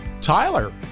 Tyler